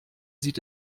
sieht